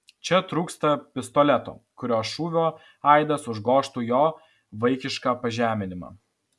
čia trūksta pistoleto kurio šūvio aidas užgožtų jo vaikišką pažeminimą